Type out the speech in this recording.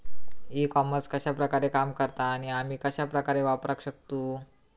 E commerce कश्या प्रकारे काम करता आणि आमी कश्या प्रकारे वापराक शकतू?